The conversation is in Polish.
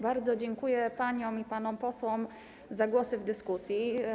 Bardzo dziękuję paniom i panom posłom za głosy w dyskusji.